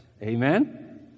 Amen